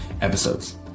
episodes